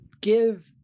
give